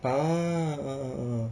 ah